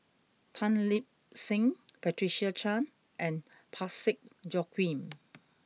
Tan Lip Seng Patricia Chan and Parsick Joaquim